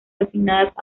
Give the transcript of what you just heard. asignadas